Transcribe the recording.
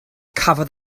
cafodd